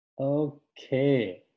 Okay